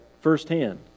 firsthand